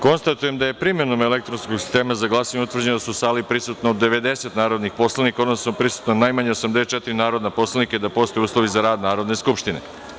Konstatujem da je primenom elektronskog sistema za glasanje utvrđeno da je u sali prisutno 90 narodnih poslanika, odnosno prisutno je najmanje 84 narodna poslanika i da postoje uslovi za rad Narodne skupštine.